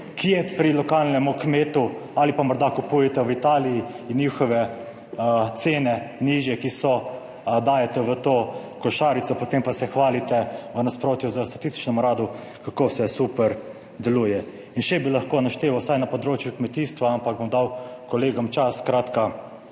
kje pri lokalnem kmetu ali pa morda kupujete v Italiji in njihove cene, ki so nižje, dajete v to košarico, potem pa se hvalite v nasprotju s Statističnim uradom, kako vse super deluje. In še bi lahko našteval, vsaj na področju kmetijstva, ampak bom dal kolegom čas. Mislim,